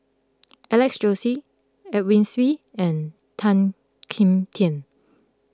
Alex Josey Edwin Siew and Tan Kim Tian